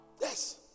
Yes